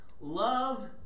Love